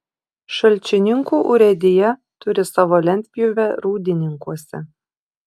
šalčininkų urėdija turi savo lentpjūvę rūdininkuose